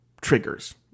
triggers